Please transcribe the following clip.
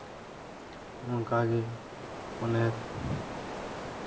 ᱚᱱᱠᱟᱜᱮ ᱚᱱᱮᱠ